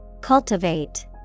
Cultivate